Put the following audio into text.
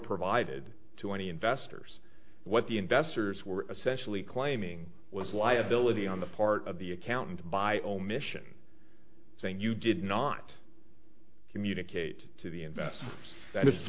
provided to any investors what the investors were essentially claiming was liability on the part of the accountant by omission saying you did not communicate to the investor that i